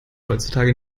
heutzutage